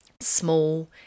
small